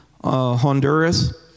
Honduras